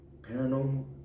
Paranormal